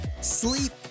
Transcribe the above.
sleep